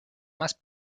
más